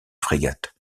frégate